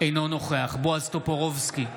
אינו נוכח בועז טופורובסקי,